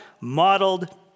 modeled